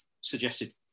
suggested